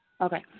Okay